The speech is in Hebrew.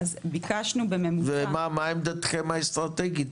ומה עמדתכם האסטרטגית?